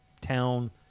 town